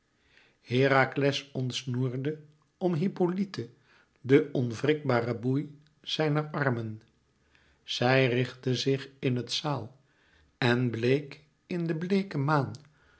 herakles ontsnoerde om hippolyte den onverwrikbaren boei zijner armen zij richtte zich in het zaâl en bleek in de bleeke maan